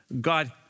God